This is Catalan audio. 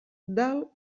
del